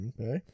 okay